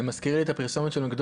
זה מזכיר את הפרסומת של מקדונלדס.